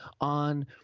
on